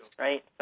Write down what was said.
right